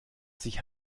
sich